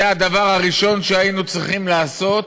זה הדבר הראשון שהיינו צריכים לעשות,